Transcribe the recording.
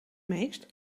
meest